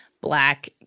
black